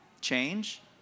change